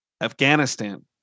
Afghanistan